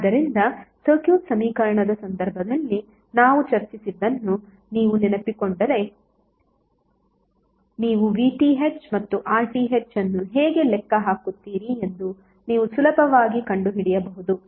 ಆದ್ದರಿಂದ ಸರ್ಕ್ಯೂಟ್ ಸಮೀಕರಣದ ಸಂದರ್ಭದಲ್ಲಿ ನಾವು ಚರ್ಚಿಸಿದ್ದನ್ನು ನೀವು ನೆನಪಿಸಿಕೊಂಡರೆ ನೀವು VTh ಮತ್ತು RTh ಅನ್ನು ಹೇಗೆ ಲೆಕ್ಕ ಹಾಕುತ್ತೀರಿ ಎಂದು ನೀವು ಸುಲಭವಾಗಿ ಕಂಡುಹಿಡಿಯಬಹುದು